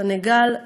סנגל,